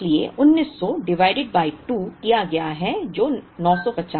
इसलिए 1900 divided by 2 किया गया है जो 950 है